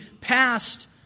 passed